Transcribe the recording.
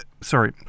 Sorry